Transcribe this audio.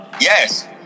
Yes